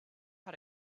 how